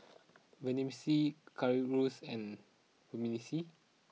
Vermicelli Currywurst and Vermicelli